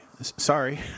sorry